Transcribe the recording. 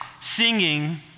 singing